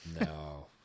No